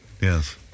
Yes